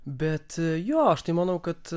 bet jo aš tai manau kad